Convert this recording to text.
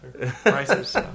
Prices